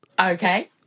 Okay